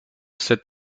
sept